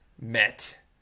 met